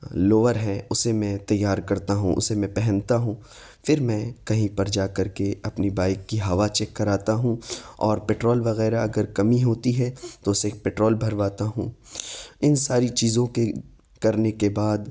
lower ہے اسے میں تیار کرتا ہوں اسے میں پہنتا ہوں پھر میں کہیں پر جا کر کے اپنی بائک کی ہوا چیک کراتا ہوں اور پیٹرول وغیرہ اگر کمی ہوتی ہے تو اسے پیٹرول بھرواتا ہوں ان ساری چیزوں کے کرنے کے بعد